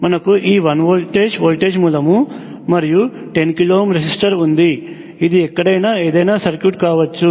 మనకు ఈ 1V voltage మూలము మరియు 10k రెసిస్టర్ ఉంది ఇది ఎక్కడైనా ఏదైనా సర్క్యూట్ కావచ్చు